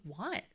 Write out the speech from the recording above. want